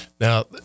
Now